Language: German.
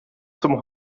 zum